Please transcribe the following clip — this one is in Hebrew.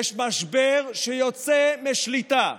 יש משבר שיוצא משליטה.